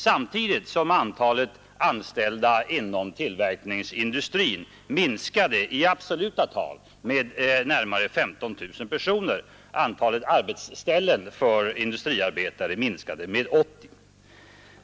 Samtidigt minskade antalet anställda inom tillverkningsindustrin i absoluta tal med närmare 15 000 personer. Antalet arbetsställen för industriarbetare minskade med 80.